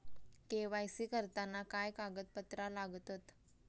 KYC करताना काय कागदपत्रा लागतत?